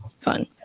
fun